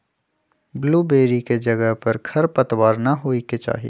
blueberry के जगह पर खरपतवार न होए के चाहि